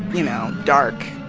you know, dark